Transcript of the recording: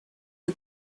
для